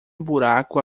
buraco